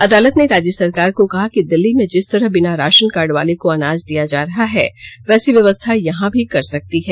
अदालत ने राज्य सरकार को कहा कि दिल्ली में जिस तरह बिना राशन कार्ड वाले को अनाज दिया जा रहा है वैसी व्यवस्था यहां भी कर सकती है